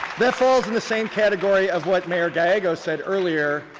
that falls in the same category of what mayor gallego said earlier,